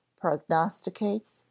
prognosticates